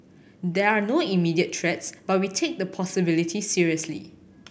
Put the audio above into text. there are no immediate threats but we take the possibility seriously